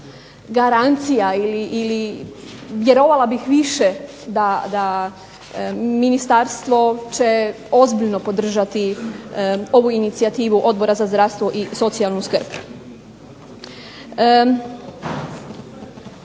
garancija ili vjerovala bih više da ministarstvo će ozbiljno podržati ovu inicijativu Odbora za zdravstvo i socijalnu skrb.